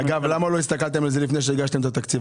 אגב למה לא הסתכלתם על זה לפני שהגשתם את התקציב?